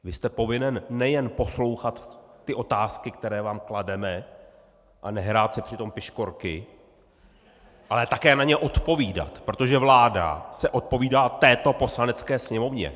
Vy jste povinen nejen poslouchat ty otázky, které vám klademe, a nehrát si přitom piškvorky, ale také na ně odpovídat, protože vláda se odpovídá této Poslanecké sněmovně.